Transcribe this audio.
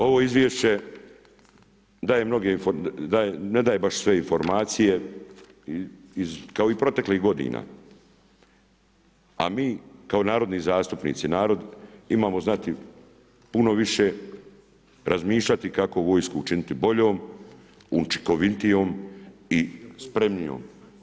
Ovo izvješće daje mnoge, ne daje baš sve informacije i kao i proteklih godina a mi kao narodni zastupnici, narod imamo znati puno više, razmišljati kako vojsku učiniti boljom, učinkovitijom i spremnijom.